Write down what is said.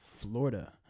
Florida